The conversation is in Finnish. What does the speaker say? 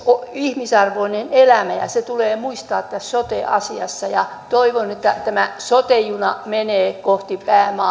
ihmisarvoinen elämä ja ja se tulee muistaa tässä sote asiassa toivon että tämä sote juna menee kohti